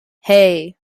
hey